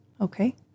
Okay